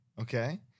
Okay